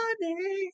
Money